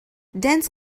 dense